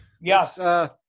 Yes